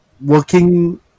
working